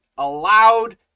allowed